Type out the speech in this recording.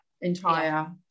entire